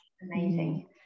Amazing